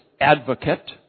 Advocate